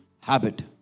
Habit